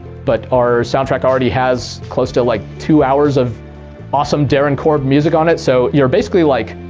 but our soundtrack already has close to like two hours of awesome darren korb music on it. so you're basically, like,